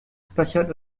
spatial